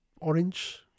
orange